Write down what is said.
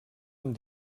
amb